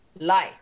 life